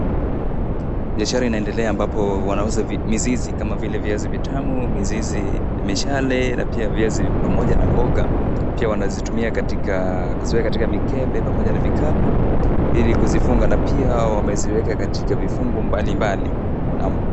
Biashara inaendelea ambapo wanauza mizizi kama vile viazi vitamu, mizizi mishale na pia viazi pamoja na mboga pia wanazitumia kuziweka katika mikepe pamoja vikapu ili kuzifunga na pia wameziweka katika vifungu mbalimbali.